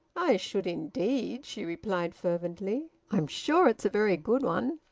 i should indeed! she replied fervently. i'm sure it's a very good one.